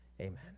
Amen